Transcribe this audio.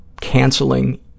canceling